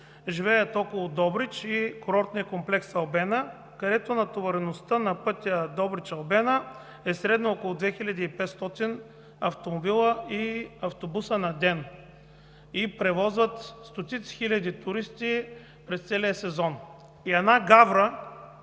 живеят около Добрич и курортен комплекс „Албена“, където натовареността на пътя Добрич – „Албена“ е средно около 2500 автомобила и автобуса на ден, превозващи стотици хиляди туристи през целия сезон – една гавра,